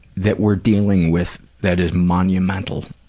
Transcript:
that we're dealing with that is monumental.